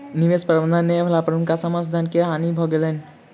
निवेश प्रबंधन नै भेला पर हुनकर समस्त धन के हानि भ गेलैन